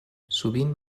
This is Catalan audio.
sovint